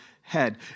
head